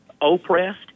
oppressed